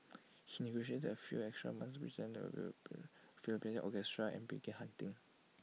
he negotiated A few extra months which Philadelphia orchestra and began hunting